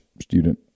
student